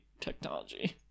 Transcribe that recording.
technology